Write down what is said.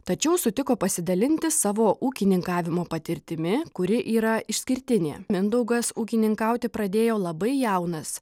tačiau sutiko pasidalinti savo ūkininkavimo patirtimi kuri yra išskirtinė mindaugas ūkininkauti pradėjo labai jaunas